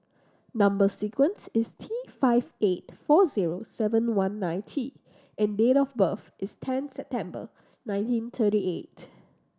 number sequence is T five eight four zero seven one nine T and date of birth is ten September nineteen thirty eight